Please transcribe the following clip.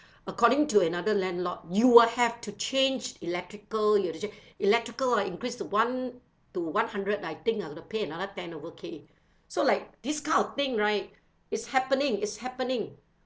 according to another landlord you will have to change electrical you have to change electrical ah increase to one to one hundred ah I think I gotta pay another ten over K so like this kind of thing right is happening is happening